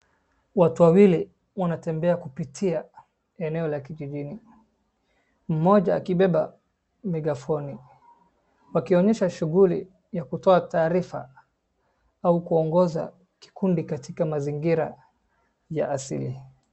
Watu wawili wanatembea kupitia eneo la kijijini, mmoja akibeba megafoni. Wakionesha shughuli ya kutoa taarifa au kuongoza kikundi katika mazingira ya asili.